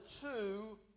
two